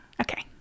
Okay